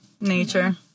Nature